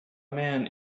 man